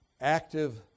active